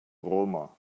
roma